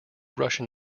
russian